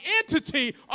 entity